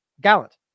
Gallant